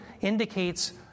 indicates